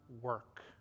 work